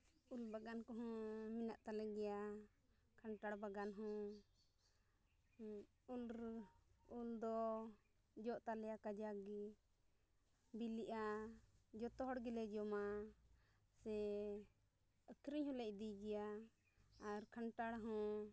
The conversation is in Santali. ᱩᱞ ᱵᱟᱜᱟᱱ ᱠᱚᱦᱚᱸ ᱢᱮᱱᱟᱜ ᱛᱟᱞᱮᱜᱮᱭᱟ ᱠᱟᱱᱴᱷᱟᱲ ᱵᱟᱜᱟᱱ ᱦᱚᱸ ᱩᱱᱨᱮ ᱩᱱᱫᱚ ᱡᱚᱜ ᱛᱟᱞᱮᱭᱟ ᱠᱟᱡᱟᱠ ᱜᱮ ᱵᱤᱞᱤᱜᱼᱟ ᱡᱚᱛᱚ ᱦᱚᱲ ᱜᱮᱞᱮ ᱡᱚᱢᱟ ᱥᱮ ᱟᱹᱠᱷᱟᱨᱤᱧ ᱦᱚᱸᱞᱮ ᱤᱫᱤᱭ ᱜᱮᱭᱟ ᱟᱨ ᱠᱟᱱᱴᱷᱟᱲ ᱦᱚᱸ